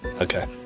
Okay